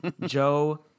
Joe